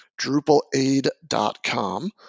DrupalAid.com